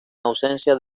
ausencia